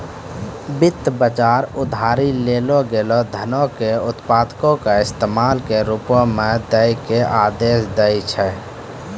वित्त बजार उधारी लेलो गेलो धनो के उत्पादको के इस्तेमाल के रुपो मे दै के आदेश दै छै